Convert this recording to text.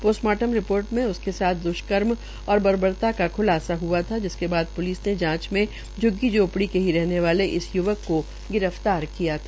post-mortem report मे उसके साथ दुष्कर्म और बर्बरता का खुलासा हआ था जिसके बाद प्लिस ने जांच में झग्गी झोपड़ी के ही रहने वाले इस य्वक को गिर फ्तार किया था